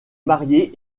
marié